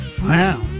Wow